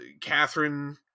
Catherine